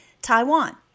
Taiwan